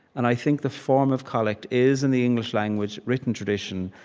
and i think the form of collect is, in the english-language written tradition,